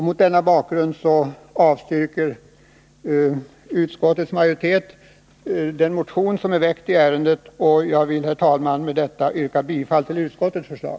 Mot denna bakgrund avstyrker utskottets majoritet den motion som är väckt i ärendet. Jag vill, herr talman, med detta yrka bifall till utskottets förslag.